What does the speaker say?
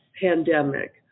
pandemic